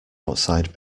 outside